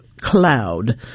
cloud